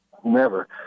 whomever